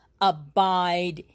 abide